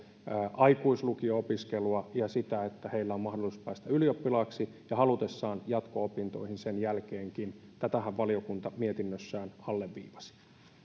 aikuislukio opiskelua ja sitä että heillä on mahdollisuus päästä ylioppilaaksi ja halutessaan jatko opintoihin sen jälkeenkin tätähän valiokunta mietinnössään alleviivasi